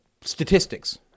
statistics